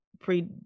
pre